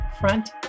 Front